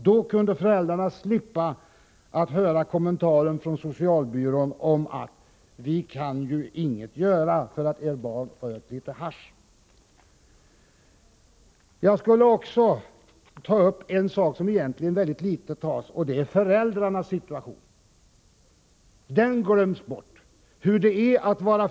Då kunde föräldrarna slippa höra den kommentaren från socialbyrån, att vi kan ju inte göra någonting för att ert barn har rökt litet hasch. Jag skulle också vilja ta upp en fråga som egentligen väldigt sällan berörs, och det är föräldrarnas situation. Den glöms bort!